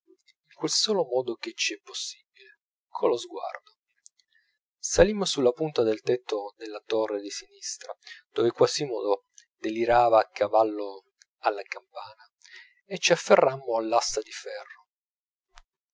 quel solo modo che ci è possibile collo sguardo salimmo sulla punta del tetto della torre di sinistra dove quasimodo delirava a cavallo alla campana e ci afferrammo all'asta di ferro